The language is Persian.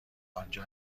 آنجا